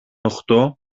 οκτώ